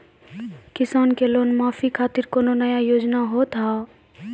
किसान के लोन माफी खातिर कोनो नया योजना होत हाव?